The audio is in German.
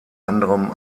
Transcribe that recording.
anderem